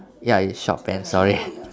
ya it's short pants sorry